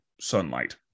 sunlight